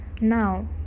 now